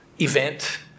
event